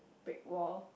brick wall